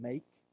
Make